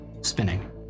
spinning